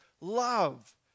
love